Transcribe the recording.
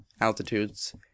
Altitudes